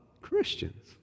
Christians